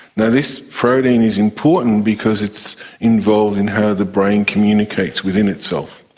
now this protein is important because it's involved in how the brain communicates within itself.